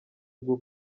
bwo